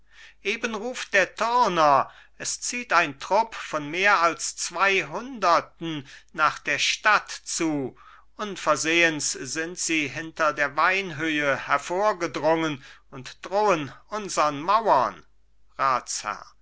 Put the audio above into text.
eben ruft der türner es zieht ein trupp von mehr als zweihunderten nach der stadt zu unversehens sind sie hinter der weinhöhe hervorgedrungen und drohen unsern mauern